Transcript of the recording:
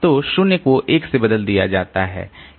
तो 0 को 1 से बदल दिया जाता है